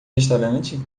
restaurante